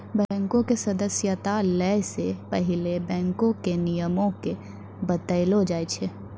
बैंको के सदस्यता लै से पहिले बैंको के नियमो के बतैलो जाय छै